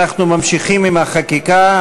אנחנו ממשיכים בחקיקה,